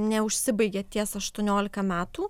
neužsibaigia ties aštuoniolika metų